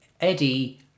eddie